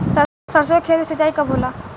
सरसों के खेत मे सिंचाई कब होला?